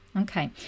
Okay